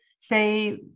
say